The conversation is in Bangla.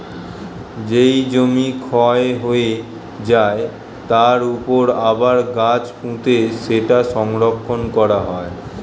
যেই জমি ক্ষয় হয়ে যায়, তার উপর আবার গাছ পুঁতে সেটা সংরক্ষণ করা হয়